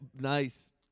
Nice